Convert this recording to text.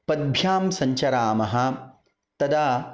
पद्भ्यां सञ्चरामः तदा